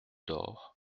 door